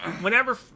Whenever